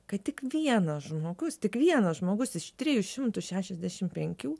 kad tik vienas žmogus tik vienas žmogus iš trijų šimtų šešiasdešimt penkių